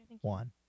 one